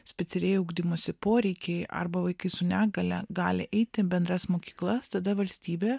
specialieji ugdymosi poreikiai arba vaikai su negalia gali eit į bendras mokyklas tada valstybė